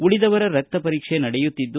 ಉಳಿದವರ ರಕ್ತ ಪರೀಕ್ಷೆ ನಡೆಯುತ್ತಿದೆ